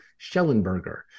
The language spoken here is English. Schellenberger